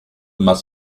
más